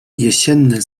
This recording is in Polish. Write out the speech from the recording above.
jesienny